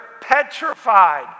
petrified